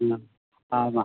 ᱦᱮᱸ ᱦᱳᱭ ᱢᱟ